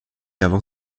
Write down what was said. avant